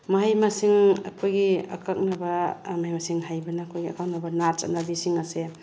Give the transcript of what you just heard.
ꯃꯍꯩ ꯃꯁꯤꯡ ꯑꯩꯈꯣꯏꯒꯤ ꯑꯀꯛꯅꯕ ꯃꯍꯩ ꯃꯁꯤꯡ ꯍꯩꯕꯅ ꯑꯩꯈꯣꯏꯒꯤ ꯑꯀꯛꯅꯕ ꯅꯥꯠ ꯆꯠꯅꯕꯤꯁꯤꯡ ꯑꯁꯦ